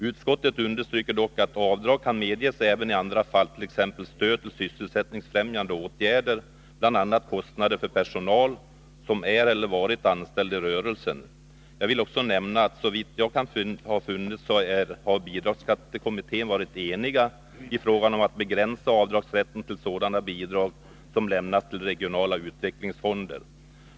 Utskottet understryker dock att avdrag kan medges även i andra fall, t.ex. stöd till sysselsättningsfrämjande åtgärder och kostnader för personal som är eller varit anställd i rörelsen. Jag vill också nämna att bidragsskattekommittén, såvitt jag har funnit, har varit enig i fråga om att begränsa avdragsrätten till sådana bidrag som lämnas till regionala utvecklingsfonder.